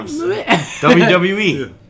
WWE